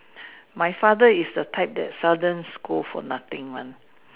my father is the type that sudden scold for nothing one